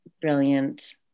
brilliant